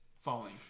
falling